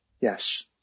Yes